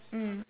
mm